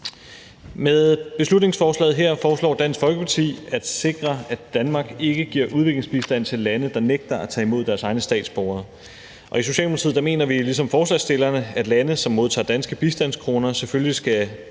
Med beslutningsforslaget her foreslår Dansk Folkeparti at sikre, at Danmark ikke giver udviklingsbistand til lande, der nægter at tage imod deres egne statsborgere. I Socialdemokratiet mener vi jo ligesom forslagsstillerne, at lande, som modtager danske bistandskroner, selvfølgelig skal